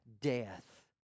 death